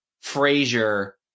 Frazier